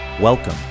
Welcome